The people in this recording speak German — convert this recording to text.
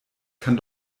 kann